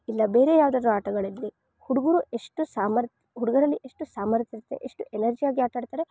ಇಲ್ಲ ಬೇರೆ ಯಾವುದಾದರು ಆಟಗಳು ಇರಲಿ ಹುಡುಗರು ಎಷ್ಟು ಸಾಮರ್ಥ್ಯ ಹುಡುಗರಲ್ಲಿ ಎಷ್ಟು ಸಾಮರ್ಥ್ಯ ಇರುತ್ತೆ ಎಷ್ಟು ಎನರ್ಜಿಯಾಗಿ ಆಟ ಆಡ್ತಾರೆ